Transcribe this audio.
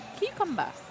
cucumber